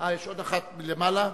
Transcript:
יש עוד אחת, יש עוד אחת למעלה.